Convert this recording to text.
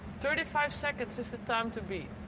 thirty five seconds is the time to beat.